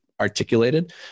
articulated